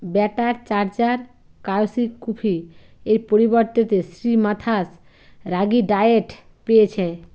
batter charger cashew কুকির এর পরিবর্তে শ্রীমাথাস রাগী ডায়েট পেয়েছে